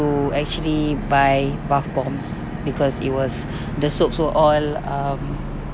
to actually buy bath bombs because it was the soaps were all um